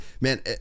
man